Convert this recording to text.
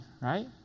right